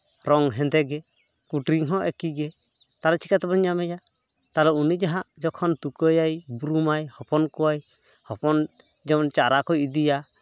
ᱨᱚᱝ ᱦᱮᱸᱫᱮᱜᱮ ᱠᱩᱴᱨᱤᱝ ᱦᱚᱸ ᱮᱠᱤᱜᱮ ᱛᱟᱦᱚᱞᱮ ᱪᱤᱠᱟᱹ ᱛᱮᱵᱚᱱ ᱧᱟᱢᱮᱭᱟ ᱛᱟᱦᱚᱞᱮ ᱩᱱᱤ ᱡᱟᱦᱟᱸ ᱡᱚᱠᱷᱚᱱ ᱛᱩᱠᱟᱹᱭᱟᱭ ᱵᱩᱨᱩᱢᱟᱭ ᱦᱚᱯᱚᱱ ᱠᱚᱣᱟᱭ ᱦᱚᱯᱚᱱ ᱡᱮᱢᱚᱱ ᱪᱟᱨᱟ ᱠᱚᱭ ᱤᱫᱤᱭᱟ